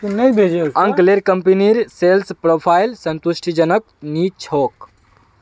अंकलेर कंपनीर sales profile संतुष्टिजनक नी छोक